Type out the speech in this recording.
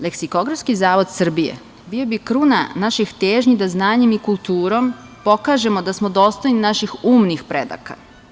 Leksikografski zavod Srbije bio bi kruna naših težnji da znanjem i kulturom pokažemo da smo dostojni naših umnih predaka.